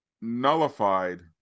nullified